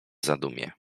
zadumie